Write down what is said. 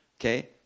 Okay